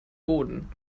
boden